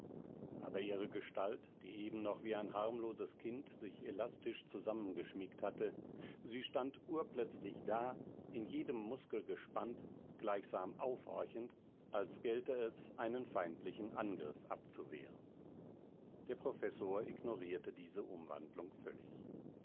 aber ihre gestalt die eben noch wie ein harmloses kind sich elastisch zusammengeschmiegt hatte sie stand urplötzlich da in jedem muskel gespannt gleichsam aufhorchend als gelte es einen feindlichen angriff abzuwehren der professor ignorierte diese umwandlung völlig